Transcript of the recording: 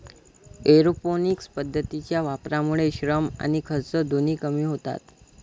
aeroponics पद्धतीच्या वापरामुळे श्रम आणि खर्च दोन्ही कमी होतात